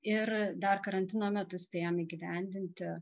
ir dar karantino metu spėjom įgyvendinti